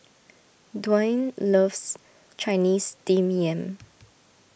Dwaine loves Chinese Steamed Yam